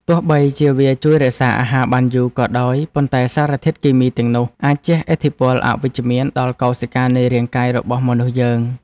ទោះបីជាវាជួយរក្សាអាហារបានយូរក៏ដោយប៉ុន្តែសារធាតុគីមីទាំងនោះអាចជះឥទ្ធិពលអវិជ្ជមានដល់កោសិកានៃរាងកាយរបស់មនុស្សយើង។